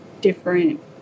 different